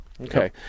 Okay